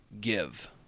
give